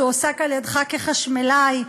שהועסק על-ידיך כחשמלאי,